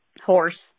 Horse